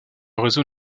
réseau